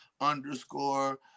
underscore